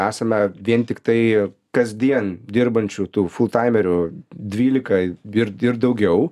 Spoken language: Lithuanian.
esame vien tiktai kasdien dirbančių tų fultaimerių dvylika ir ir daugiau